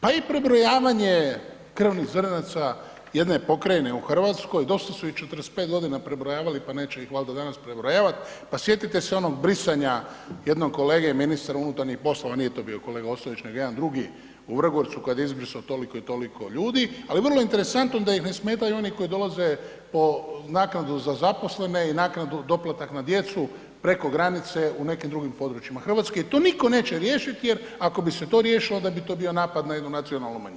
Pa i prebrojavanje krvnih zrnace jedne pokrajine u Hrvatskoj dosta su ih 45 godina prebrojavali pa neće ih valjda danas prebrojavat, pa sjetite se onog brisanja jednog kolege ministra unutarnjih poslova, nije to bio kolega Ostojić nego jedan drugi u Vrgorcu kad je izbriso toliko i toliko ljudi, ali vrlo interesantno da ih ne smetaju onih koji dolaze po naknadu za zaposlene i naknadu doplatak na djecu preko granice u nekim drugim područjima Hrvatske i to nitko neće riješiti jer ako bi se to riješilo jer onda bi to bio napad na jednu nacionalnu manjinu.